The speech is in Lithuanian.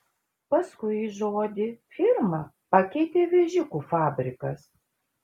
paskui žodį firma pakeitė vėžiukų fabrikas